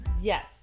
yes